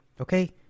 Okay